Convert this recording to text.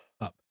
up